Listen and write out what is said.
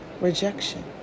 Rejection